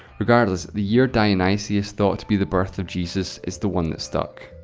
regardless, the year dionysius thought to be the birth of jesus is the one that stuck.